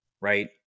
right